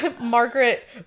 Margaret